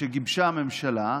חלופי שגיבשה הממשלה,